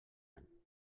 any